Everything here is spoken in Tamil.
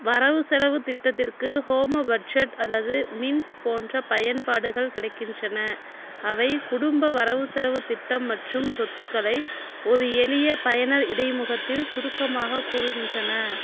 வரவுசெலவுத் திட்டத்திற்கு ஹோம பட்ஜெட் அல்லது மின்ட் போன்ற பயன்பாடுகள் கிடைக்கின்றன அவை குடும்ப வரவுசெலவுத் திட்டம் மற்றும் சொத்துக்களை ஒரு எளிய பயனர் இடைமுகத்தில் சுருக்கமாகக் கூறுகின்றன